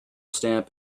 stamp